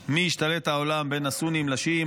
בין הסונים לשיעים,